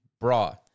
bra